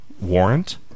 warrant